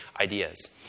ideas